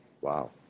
Wow